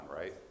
right